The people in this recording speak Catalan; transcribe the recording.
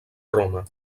roma